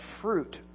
fruit